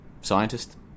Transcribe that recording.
scientist